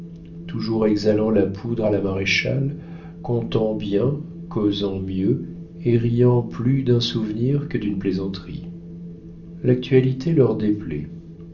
toujours exhalant la poudre à la maréchale contant bien causant mieux et riant plus d'un souvenir que d'une plaisanterie l'actualité leur déplaît